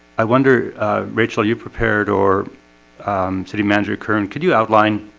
i wonder rachel you prepared or city manager kern could you outline?